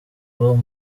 bob